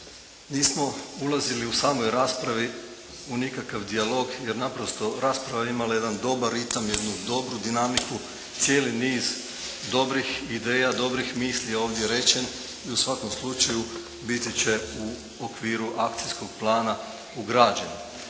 Nismo ulazili u samoj raspravi u nikakav dijalog, jer naprosto rasprava je imala jedan dobar ritam, jednu dobru dinamiku, cijeli niz dobrih ideja, dobrih misli je ovdje rečen i u svakom slučaju biti će u okviru akcijskog plana ugrađen.